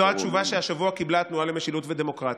זו התשובה שקיבלה השבוע התנועה למשילות ודמוקרטיה.